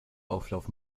auflauf